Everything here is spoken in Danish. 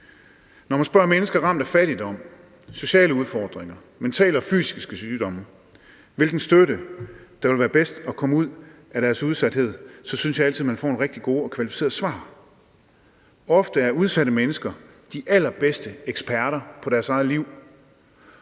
Når man spørger mennesker ramt af fattigdom, sociale udfordringer, mentale og fysiske sygdomme, hvilken støtte der vil være bedst, for at de kan komme ud af deres udsathed, så synes jeg altid, man får nogle rigtig gode og kvalificerede svar. Ofte er udsatte mennesker de allerstørste eksperter på deres eget liv,